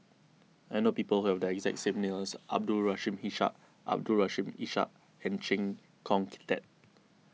I know people who have the exact same as Abdul Rahim Ishak Abdul Rahim Ishak and Chee Kong Tet